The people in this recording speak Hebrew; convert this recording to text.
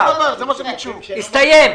הסתיים.